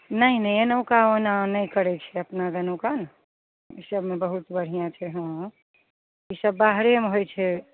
नहि नहि एनहुका ओना नहि करैत छै अपना देनुकन ओ सबमे बहुत बढ़िआँ छै हँ ईसब बाहरेमे होइत छै